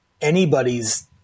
anybody's